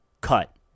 Cut